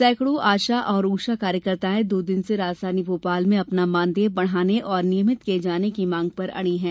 सैकड़ों आशा और ऊषा कार्यकर्ताएं दो दिन से राजधानी भोपाल में अपना मानदेय बढ़ाने और नियमित किए जाने की मांग पर अड़ी हैं